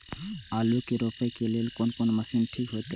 आलू के रोपे के लेल कोन कोन मशीन ठीक होते?